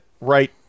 right